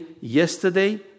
yesterday